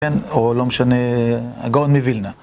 כן, או לא משנה, הגאון מווילנה.